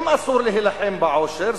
אם אסור להילחם בעושר,